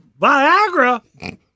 Viagra